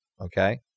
Okay